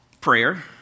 Prayer